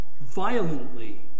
violently